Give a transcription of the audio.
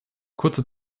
kurze